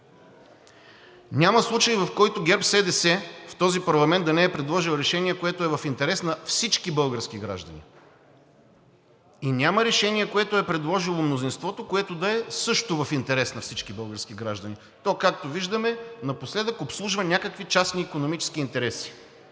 Няма случай, в който ГЕРБ-СДС в този парламент да не е предложил решение, което е в интерес на всички български граждани, и няма решение, което е предложило мнозинството, което да е също в интерес на всички български граждани. То, както виждаме, напоследък обслужва някакви частни икономически интереси.